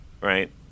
right